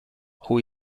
who